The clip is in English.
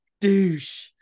douche